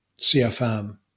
CFM